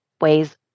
ways